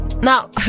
Now